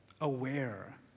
aware